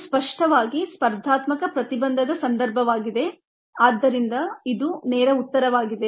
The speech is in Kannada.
ಇದು ಸ್ಪಷ್ಟವಾಗಿ ಸ್ಪರ್ಧಾತ್ಮಕ ಪ್ರತಿಬಂಧದ ಸಂದರ್ಭವಾಗಿದೆ ಆದ್ದರಿಂದ ಇದು ನೇರ ಉತ್ತರವಾಗಿದೆ